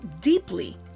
deeply